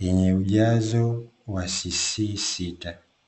yenye ujazo wa "C6".